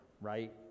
right